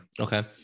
Okay